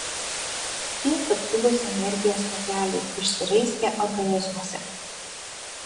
tie subtilūs energijos takeliai išsiraizgę organizmuose